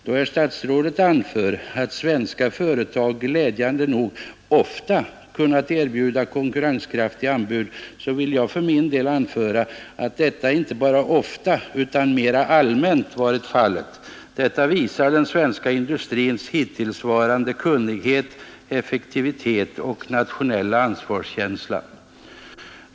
Då herr statsrådet anför att svenska företag glädjande nog ofta kunnat erbjuda konkurrenskraftiga anbud, så vill jag för min del anföra att detta inte bara ofta utan mera allmänt varit fallet. Detta visar den svenska industrins hittillsvarande kunnighet, effektivitet och nationella ansvarskänsla.